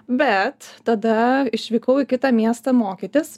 bet tada išvykau į kitą miestą mokytis